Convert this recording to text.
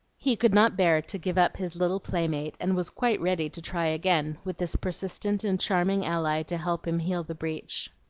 he could not bear to give up his little playmate, and was quite ready to try again, with this persistent and charming ally to help him heal the breach.